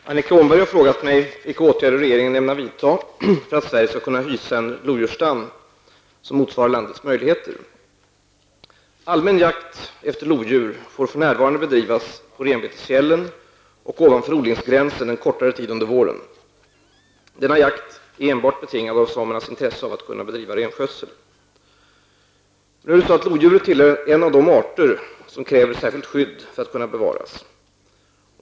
Fru talman! Annika Åhnberg har frågat mig vilka åtgärder regeringen ämnar vidta för att Sverige skall kunna hysa en lodjursstam som motsvarar landets möjligheter. Allmän jakt efter lodjur får för närvarande bedrivas på renbetesfjällen och ovanför odlingsgränsen en kortare tid under våren. Denna jakt är enbart betingad av samernas intresse av att kunna bedriva renskötsel. Lodjuret tillhör en av de arter som kräver särskilt skydd för att bevaras.